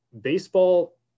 baseball